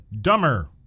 dumber